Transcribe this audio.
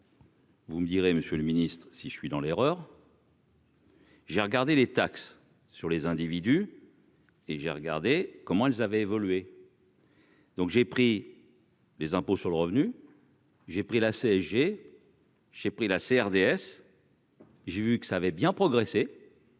Vous me direz, Monsieur le Ministre, si je suis dans l'erreur. J'ai regardé les taxes sur les individus et j'ai regardé comment elles avaient évolué. Donc j'ai pris les impôts sur le revenu. J'ai pris la CSG, j'ai pris la CRDS. J'ai vu que ça avait bien progressé.